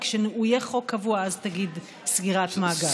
וכשהוא יהיה חוק קבוע אז תגיד "סגירת מעגל".